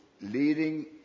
leading